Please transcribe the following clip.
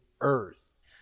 earth